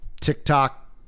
TikTok